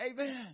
Amen